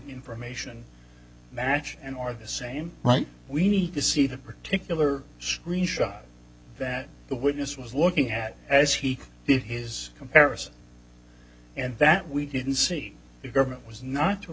information match and or the same right we need to see the particular screenshot that the witness was looking at as he did his comparison and that we didn't see the government was not to